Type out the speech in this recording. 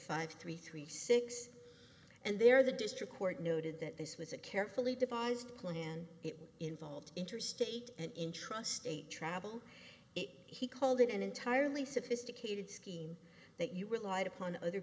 five three three six and there the district court noted that this was a carefully devised plan it involved interstate and in trust travel he called it an entirely sophisticated scheme that you relied upon other